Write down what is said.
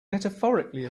metaphorically